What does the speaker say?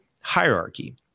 hierarchy